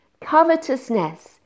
Covetousness